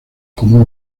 como